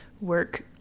work